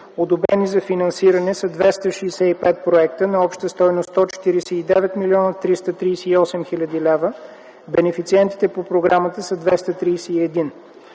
Одобрени за финансиране са 265 проекта на обща стойност 149 млн. 338 хил. лв. Бенефициентите по програмата са 231.